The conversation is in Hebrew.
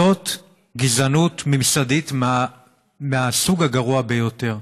זאת גזענות ממסדית מהסוג הגרוע ביותר.